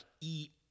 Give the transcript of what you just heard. eat